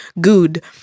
good